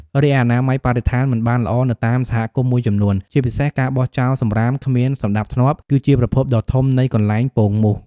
រីឯអនាម័យបរិស្ថានមិនបានល្អ នៅតាមសហគមន៍មួយចំនួន ជាពិសេសការបោះចោលសំរាមគ្មានសណ្តាប់ធ្នាប់ គឺជាប្រភពដ៏ធំនៃកន្លែងពងមូស។